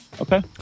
okay